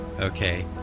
okay